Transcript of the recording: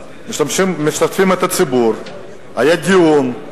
משתפים את הציבור, היה דיון,